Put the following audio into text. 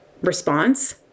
response